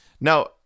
now